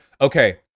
Okay